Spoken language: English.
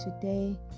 today